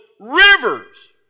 Rivers